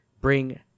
bring